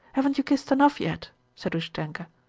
haven't you kissed enough yet said ustenka.